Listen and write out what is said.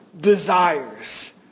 desires